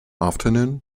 afternoon